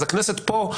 אז הכנסת פה,